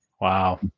Wow